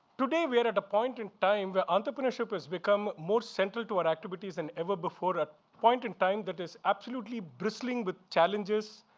today, we are at a point in time where entrepreneurship has become more central to our activities than and ever before, a point in time that is absolutely bristling with challenges,